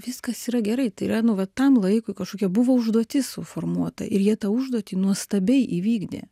viskas yra gerai tai yra nu va tam laikui kažkokia buvo užduotis suformuota ir jie tą užduotį nuostabiai įvykdė